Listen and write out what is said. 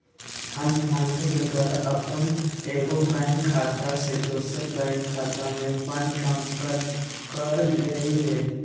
हम फोनपे के द्वारा अप्पन एगो बैंक खता से दोसर बैंक खता में फंड ट्रांसफर क लेइले